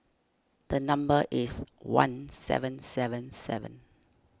the number is one seven seven seven